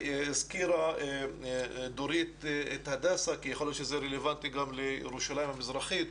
הזכירה דורית את הדסה כי יכול להיות שזה רלוונטי גם לירושלים המזרחית.